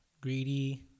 greedy